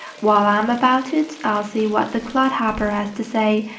while i'm about it, i'll see what the clod-hopper has to say,